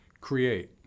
create